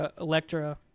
Electra